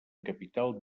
capital